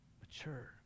Mature